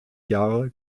jahre